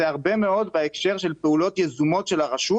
זה הרבה מאוד בהקשר של פעולות יזומות של הרשות.